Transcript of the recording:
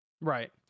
right